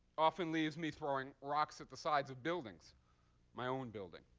often leaves me throwing rocks at the sides of buildings my own building.